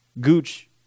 Gooch